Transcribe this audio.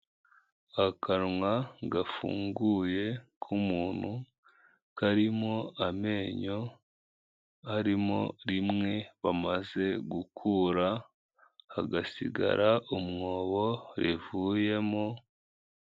Akanwa gafunguye kumuntu karimo amenyo, harimo rimwe bamaze gukura hagasigara umwobo rivuyemo.